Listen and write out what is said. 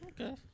Okay